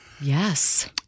Yes